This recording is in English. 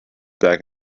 back